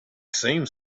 seemed